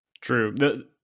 True